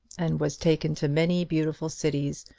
and was taken to many beautiful cities,